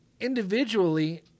individually